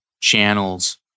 channels